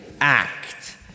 act